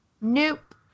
Nope